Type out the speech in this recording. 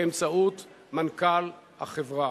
באמצעות מנכ"ל החברה.